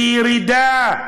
בירידה.